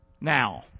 Now